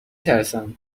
ترسم